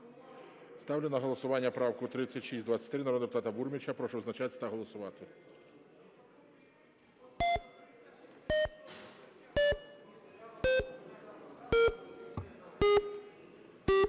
Ставлю на голосування правку 3626 народного депутата Бурміча. Прошу визначатись та голосувати.